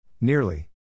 Nearly